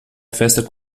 festa